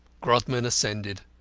grodman ascended,